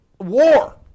war